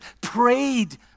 prayed